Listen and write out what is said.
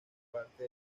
parte